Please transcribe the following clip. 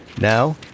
Now